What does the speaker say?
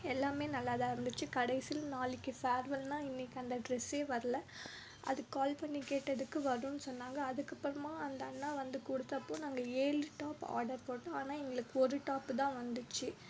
எல்லாமே நல்லா தான் இருந்துச்சு கடைசியில் நாளைக்கு ஃபேர்வெல்னால் இன்னிக்கி அந்த டிரஸ்ஸே வரல அது கால் பண்ணி கேட்டதுக்கு வரும்ன்னு சொன்னாங்க அதுக்கு அப்புறமா அந்த அண்ணா வந்து கொடுத்தப்போ நாங்கள் ஏழு டாப் ஆர்டர் போட்டோம் ஆனால் எங்களுக்கு ஒரு டாப்பு தான் வந்துச்சு